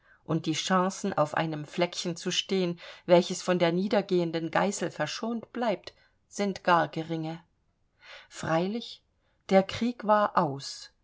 und die chancen auf einem fleckchen zu stehen welches von der niedergehenden geißel verschont bleibt sind gar geringe freilich der krieg war aus